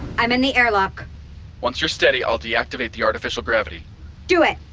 i'm in the airlock once you're steady, i'll deactivate the artificial gravity do it